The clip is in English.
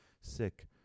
sick